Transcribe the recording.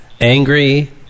angry